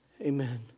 amen